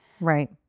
Right